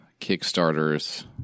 Kickstarters